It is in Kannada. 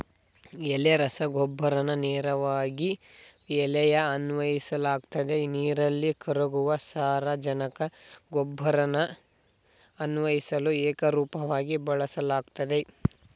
ಎಲೆ ರಸಗೊಬ್ಬರನ ನೇರವಾಗಿ ಎಲೆಗೆ ಅನ್ವಯಿಸಲಾಗ್ತದೆ ನೀರಲ್ಲಿ ಕರಗುವ ಸಾರಜನಕ ಗೊಬ್ಬರನ ಅನ್ವಯಿಸಲು ಏಕರೂಪವಾಗಿ ಬಳಸಲಾಗ್ತದೆ